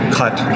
cut